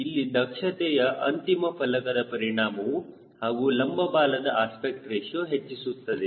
ಇಲ್ಲಿ ದಕ್ಷತೆಯ ಅಂತಿಮ ಫಲಕದ ಪರಿಣಾಮವು ಹಾಗೂ ಲಂಬ ಬಾಲದ ಅಸ್ಪೆಕ್ಟ್ ರೇಶಿಯೋ ಹೆಚ್ಚಿಸುತ್ತದೆ